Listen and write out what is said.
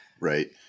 Right